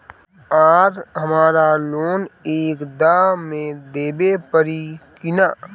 आर हमारा लोन एक दा मे देवे परी किना?